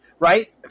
right